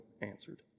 answered